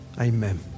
Amen